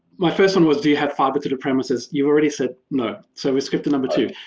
my first one was do you have fiber to the premises? you've already said, no. so we skip to number two.